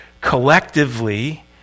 collectively